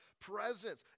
presence